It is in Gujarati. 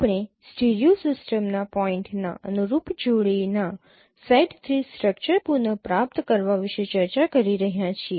આપણે સ્ટીરિયો સિસ્ટમના પોઇન્ટ ના અનુરૂપ જોડી ના સેટ થી સ્ટ્રક્ચર પુન પ્રાપ્ત કરવા વિશે ચર્ચા કરી રહ્યા છીએ